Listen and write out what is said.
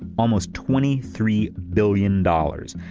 almost twenty three billion dollars.